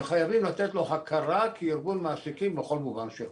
שחייבים לתת לו הכרה כארגון מעסיקים בכל מובן שהוא.